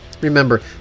Remember